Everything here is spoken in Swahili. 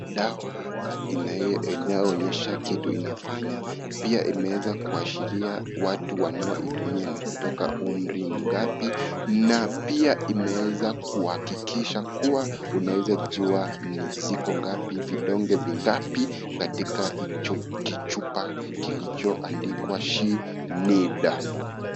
Dawa inayoonyesha kitu inafanya pia imeweza kuashiria watu wanayoitumia ni kutoka umri mingapi na pia imeweza kuhakikisha kuwa unaweza jua ziko ngapi vidonge vingapi katika hicho kichupa kilicho andikwa shinida.